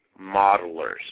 modelers